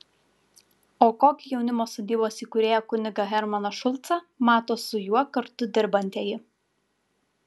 o kokį jaunimo sodybos įkūrėją kunigą hermaną šulcą mato su juo kartu dirbantieji